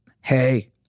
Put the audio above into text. Hey